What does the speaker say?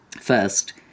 First